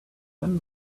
then